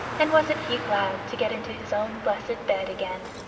and wasn't he glad to get into his own blessed bed again!